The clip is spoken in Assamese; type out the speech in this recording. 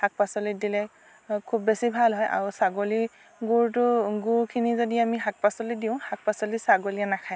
শাক পাচলিত দিলে খুব বেছি ভাল হয় আৰু ছাগলীৰ গুৰটো গুখিনি যদি আমি শাক পাচলিত দিওঁ শাক পাচলি ছাগলীয়ে নাখায়